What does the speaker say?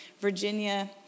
Virginia